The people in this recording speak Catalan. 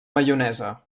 maionesa